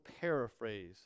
paraphrase